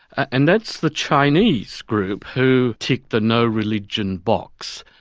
and that's the chinese group who tick the no-religion box,